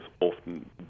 often